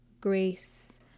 grace